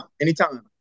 Anytime